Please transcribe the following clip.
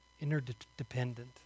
interdependent